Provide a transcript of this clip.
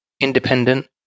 independent